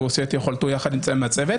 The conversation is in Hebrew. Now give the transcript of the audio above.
ועושה ככל יכולתו יחד עם צוות,